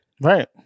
Right